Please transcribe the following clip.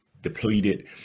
depleted